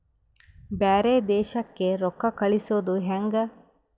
ಬ್ಯಾರೆ ದೇಶಕ್ಕೆ ರೊಕ್ಕ ಕಳಿಸುವುದು ಹ್ಯಾಂಗ?